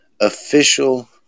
official